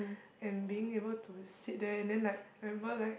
and being able to sit that and then like I remember like